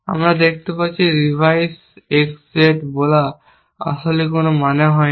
আমরা দেখতে পাচ্ছি রিভাইস X Z বলা আসলেই কোনো মানে হয় না